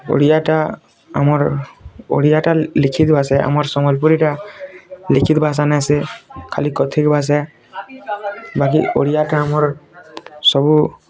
ଓଡ଼ିଆଟା ଆମର ଓଡ଼ିଆଟା ଲିଖିତ ଭାଷା ଆମର ସମ୍ୱଲପୁରୀଟା ଲିଖିତ ଭାଷା ନାଇଁ ସେ ଖାଲି କଥିତ ଭାଷା ବାକି ଓଡ଼ିଆଟା ଆମର ସବୁ